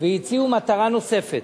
והציעו מטרה נוספת.